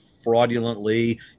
fraudulently